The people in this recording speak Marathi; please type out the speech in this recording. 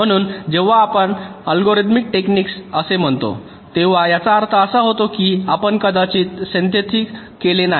म्हणून जेव्हा आपण अल्गोरिदमिक टेक्निक असे म्हणतो तेव्हा याचा अर्थ असा होतो की आपण कदाचित सिंथेसिस केले नाही